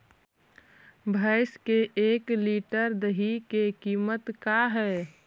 भैंस के एक लीटर दही के कीमत का है?